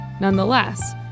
Nonetheless